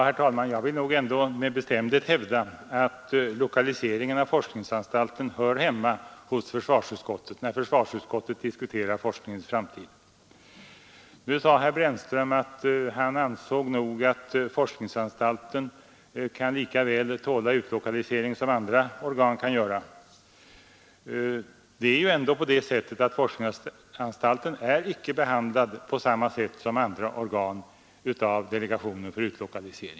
Herr talman! Jag vill med bestämdhet hävda att lokaliseringen av forskningsanstalten hör hemma hos försvarsutskottet när detta diskuterar forskningens framtid. Herr Brännström sade att han nog ansåg att forskningsanstalten lika väl kunde tåla utlokalisering som andra organ kan göra det. Men forskningsanstalten är inte behandlad på samma sätt som andra organ av delegationen för utlokalisering.